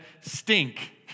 stink